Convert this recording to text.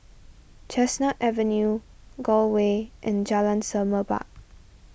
Chestnut Avenue Gul Way and Jalan Semerbak